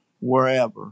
wherever